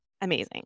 Amazing